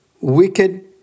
Wicked